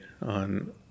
on